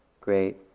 great